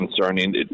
concerning